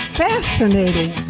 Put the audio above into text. fascinating